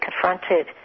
confronted